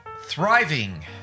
thriving